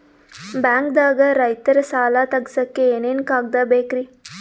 ಬ್ಯಾಂಕ್ದಾಗ ರೈತರ ಸಾಲ ತಗ್ಸಕ್ಕೆ ಏನೇನ್ ಕಾಗ್ದ ಬೇಕ್ರಿ?